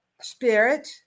spirit